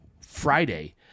Friday